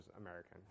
American